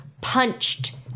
punched